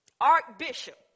archbishop